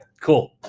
cool